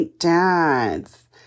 Dads